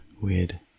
Weird